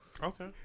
Okay